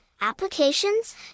applications